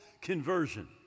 conversion